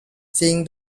sing